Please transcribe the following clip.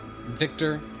Victor